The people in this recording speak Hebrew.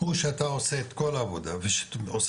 הוא שאתה עושה את כל העבודה ועושה